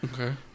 Okay